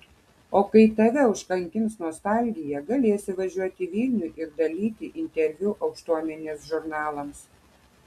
o kai tave užkankins nostalgija galėsi važiuoti į vilnių ir dalyti interviu aukštuomenės žurnalams